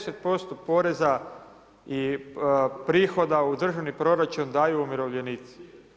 10% poreza i prihoda u državni proračun daju umirovljenici.